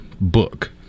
book